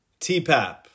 TPAP